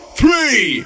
three